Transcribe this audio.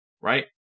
right